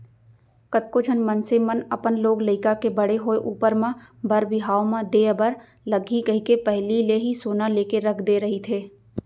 कतको झन मनसे मन अपन लोग लइका के बड़े होय ऊपर म बर बिहाव म देय बर लगही कहिके पहिली ले ही सोना लेके रख दे रहिथे